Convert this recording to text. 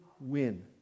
win